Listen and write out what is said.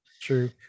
True